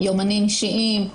יומנים אישיים,